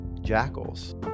jackals